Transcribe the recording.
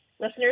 listeners